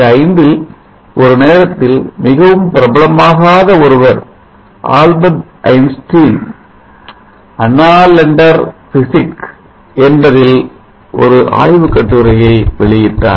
1905இல் ஒரு நேரத்தில் மிகவும் பிரபலமாகாத ஒருவர் ஆல்பர்ட் ஐன்ஸ்டீன் annalender Physik என்பதில் ஒரு ஆய்வுக்கட்டுரை வெளியிட்டார்